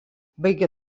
baigė